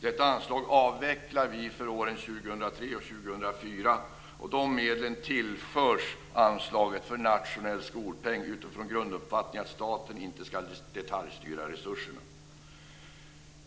Detta anslag avvecklar vi för åren 2003 och 2004, och de medlen tillförs anslaget för nationell skolpeng utifrån grunduppfattningen att staten inte ska detaljstyra resurserna.